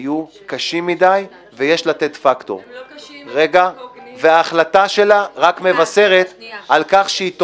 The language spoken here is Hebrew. היא עושה צחוק ואתה רק קונה את זה.